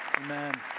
Amen